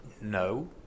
No